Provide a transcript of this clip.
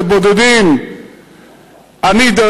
ככה,